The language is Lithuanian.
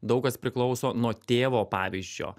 daug kas priklauso nuo tėvo pavyzdžio